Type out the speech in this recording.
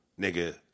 nigga